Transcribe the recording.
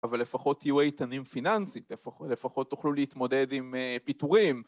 ‫אבל לפחות תהיו עיתנים פיננסית, ‫לפחות תוכלו להתמודד עם פיתורים.